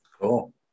Cool